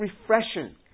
refreshing